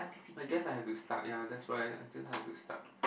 I guess I have to start ya that's why I think I have to start